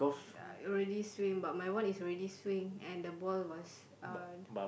already swing but my one is already swing and the ball was uh